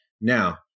Now